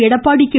Edappadi K